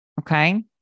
Okay